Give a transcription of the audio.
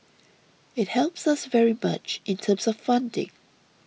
it helps us very much in terms of funding